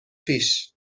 پیش